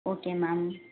okay ma'am